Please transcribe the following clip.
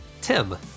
Tim